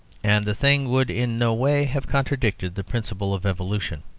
and the thing would in no way have contradicted the principle of evolution.